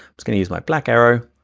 just gonna use my black arrow,